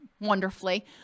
wonderfully